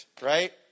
right